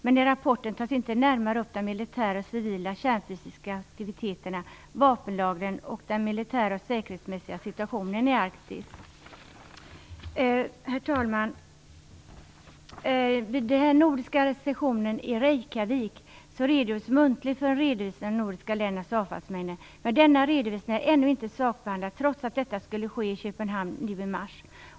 Men i rapporten tas inte närmare upp de militära och civila kärnfysiska aktiviteterna, vapenlagren och den militära och säkerhetsmässiga situationen i Arktis. Herr talman! Vid Nordiska rådets session i Reykjavik redogjordes muntligt för en redovisning av de nordiska ländernas avfallsmängder. Men denna redovisning är ännu inte sakbehandlad, trots att detta skulle ske i Köpenhamn nu i mars.